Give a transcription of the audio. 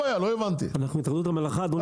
אנחנו התאחדות המלאכה, אדוני.